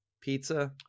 pizza